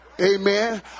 Amen